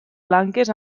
blanques